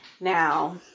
Now